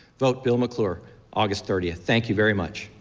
vote bill mcclure august thirtieth. thank you very much.